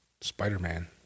Spider-Man